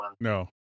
No